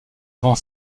avant